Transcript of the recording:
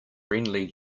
friendly